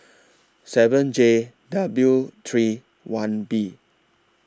seven J W three one B